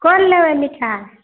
कोन लेबै मिठाइ